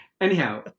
Anyhow